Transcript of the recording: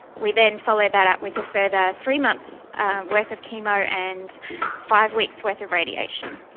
we then followed that up with a further three months' worth of chemo and five weeks' worth of radiation.